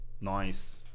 Nice